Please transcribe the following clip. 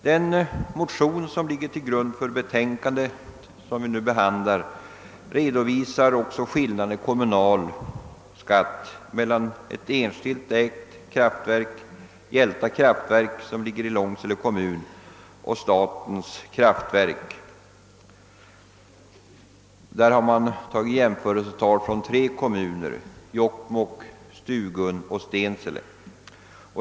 De motioner som ligger till grund för bevillningsutskottets ':betänkande redovisar också skillnaden i kommunalskatt mellan ett enskilt ägt kraftverk, Hjälta kraftverk i Långsele kommun, och statens kraftverk. Man har tagit jämförelsetal från tre kommuner, Jokkmokk, Stugun och Stensele.